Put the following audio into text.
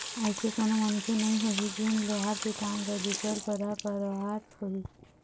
अइसे कोनो मनखे नइ होही जेन लोहार के काम ल दूसर करा करवात होही